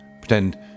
pretend